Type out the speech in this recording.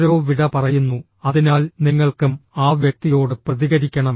ആരോ വിട പറയുന്നു അതിനാൽ നിങ്ങൾക്കും ആ വ്യക്തിയോട് പ്രതികരിക്കണം